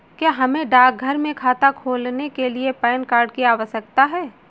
क्या हमें डाकघर में खाता खोलने के लिए पैन कार्ड की आवश्यकता है?